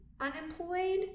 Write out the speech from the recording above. unemployed